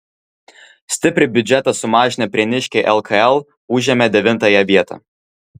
stipriai biudžetą sumažinę prieniškiai lkl užėmė devintąją vietą